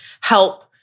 help